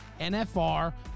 NFR